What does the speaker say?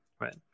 Right